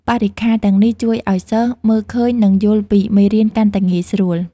បរិក្ខារទាំងនេះជួយឱ្យសិស្សមើលឃើញនិងយល់ពីមេរៀនកាន់តែងាយស្រួល។